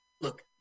look